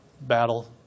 battle